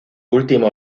último